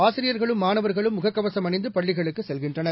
ஆசிரியர்களும் மாணவர்களும் முகக்கவசம் அணிந்து பள்ளிகளுக்கு செல்கின்றனர்